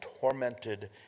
tormented